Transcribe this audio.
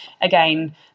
again